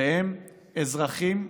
שהם אזרחים,